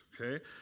Okay